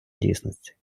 дійсності